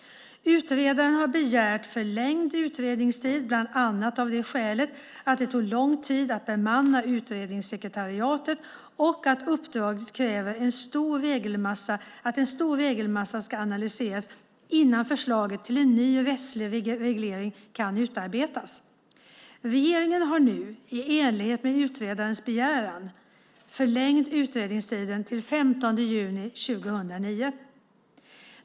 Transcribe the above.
Utredaren har begärt förlängd utredningstid bland annat av det skälet att det tog lång tid att bemanna utredningssekretariatet och att uppdraget kräver att en stor regelmassa ska analyseras innan förslag till en ny rättslig reglering kan utarbetas. Regeringen har nu i enlighet med utredarens begäran förlängt utredningstiden till den 15 juni 2009.